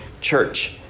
church